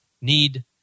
need